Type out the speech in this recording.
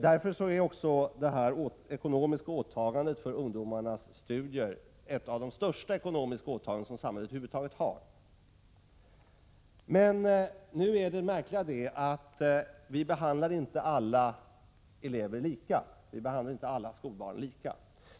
Därför är också det ekonomiska åtagandet för ungdomarnas studier ett av de största ekonomiska åtaganden som samhället över huvud taget har. Det märkliga är nu att vi inte behandlar alla elever och skolbarn lika.